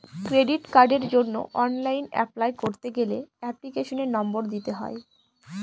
credit কার্ডের জন্য online apply করতে গেলে এপ্লিকেশনের নম্বর দিতে হয়